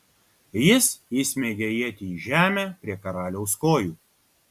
jis įsmeigia ietį į žemę prie karaliaus kojų